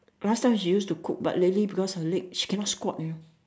last time she used to cook but lately because her leg she cannot squat you know